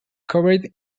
covered